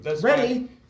Ready